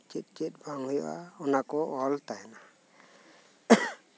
ᱪᱮᱫ ᱪᱮᱫ ᱵᱟᱝ ᱦᱩᱭᱩᱜᱼᱟ ᱚᱱᱟ ᱠᱚ ᱚᱞ ᱛᱟᱸᱦᱮᱱᱟ